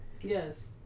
Yes